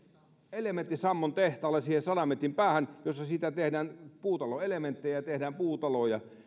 elementti sammon tehtaalle siihen sadan metrin päähän jossa siitä tehdään puutaloelementtejä ja tehdään puutaloja